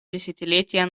десятилетия